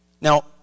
Now